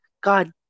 God